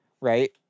Right